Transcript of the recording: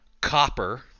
copper